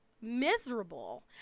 miserable